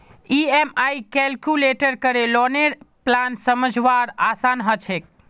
EMI calculate करे लौनेर plan समझवार आसान ह छेक